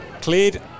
Cleared